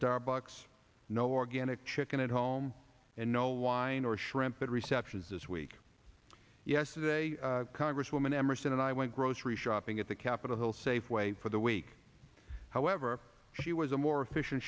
starbucks no organic chicken at home and no wine or shrimp at reception this week yesterday congresswoman emerson and i went grocery shopping at the capitol hill safeway for the week however she was a more efficient